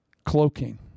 cloaking